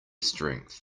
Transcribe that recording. strength